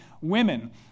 women